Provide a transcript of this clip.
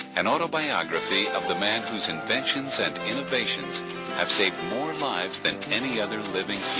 an autobiography of the man whose inventions and innovations have saved more lives than any other living